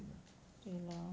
对 lor